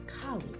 College